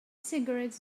cigarettes